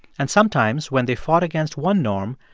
and sometimes when they fought against one norm,